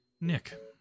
nick